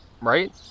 Right